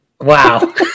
Wow